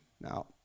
Now